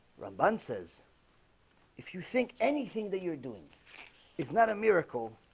rahman says if you think anything that you're doing it's not a miracle